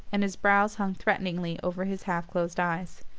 and his brows hung threateningly over his half-closed eyes.